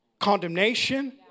condemnation